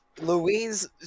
Louise